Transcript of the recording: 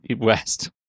West